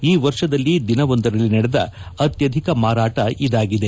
ಈ ವರ್ಷದಲ್ಲಿ ದಿನವೊಂದರಲ್ಲಿ ನಡೆದ ಅತ್ತಧಿಕ ಮಾರಾಟ ಇದಾಗಿದೆ